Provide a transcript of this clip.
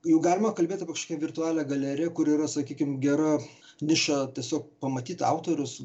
juk galima kalbėt apie virtualią galeriją kur yra sakykim gera niša tiesiog pamatyt autorius